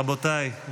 רבותיי,